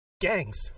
gangs